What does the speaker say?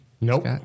Nope